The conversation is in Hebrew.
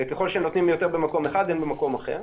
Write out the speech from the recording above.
וככל שנותנים יותר במקום אחד אין במקום אחר,